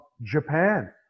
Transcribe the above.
Japan